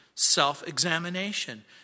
Self-examination